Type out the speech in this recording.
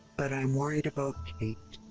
but i'm worried about kate.